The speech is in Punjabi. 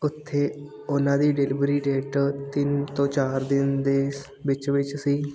ਉੱਥੇ ਉਹਨਾਂ ਦੀ ਡਿਲੀਵਰੀ ਡੇਟ ਤਿੰਨ ਤੋਂ ਚਾਰ ਦਿਨ ਦੇ ਵਿੱਚ ਵਿੱਚ ਸੀ